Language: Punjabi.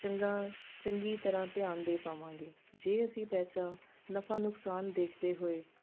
ਚੰਗਾ ਚੰਗੀ ਤਰ੍ਹਾਂ ਧਿਆਨ ਦੇ ਪਾਵਾਂਗੇ ਜੇ ਅਸੀਂ ਪੈਸਾ ਨਫਾ ਨੁਕਸਾਨ ਦੇਖਦੇ ਹੋਏ